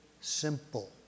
simple